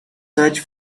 search